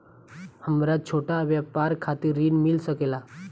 हमरा छोटा व्यापार खातिर ऋण मिल सके ला?